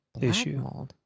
issue